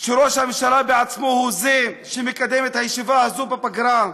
שראש הממשלה בעצמו הוא שמקדם את הישיבה הזאת בפגרה.